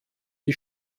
die